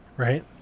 Right